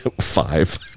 Five